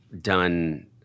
done